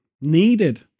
needed